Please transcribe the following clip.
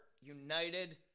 united